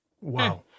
Wow